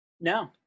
No